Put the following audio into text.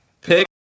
Pick